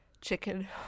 chicken